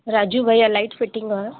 राजू भैया light fitting वारा